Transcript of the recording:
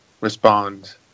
respond